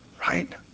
right